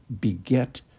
beget